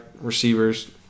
receivers